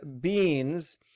beans